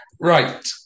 Right